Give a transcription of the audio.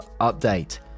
update